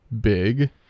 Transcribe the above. big